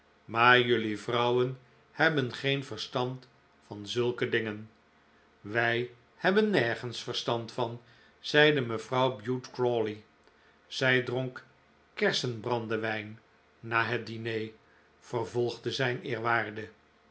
maar jelui vrouwen hebben geen verstand van zulke dingen wij hebben nergens verstand van zeide mevrouw bute crawley zij dronk kersenbrandewijn na het diner vervolgde zijn eerwaarde